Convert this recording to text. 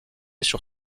sur